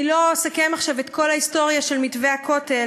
אני לא אסכם עכשיו את כל ההיסטוריה של מתווה הכותל,